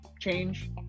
change